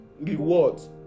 rewards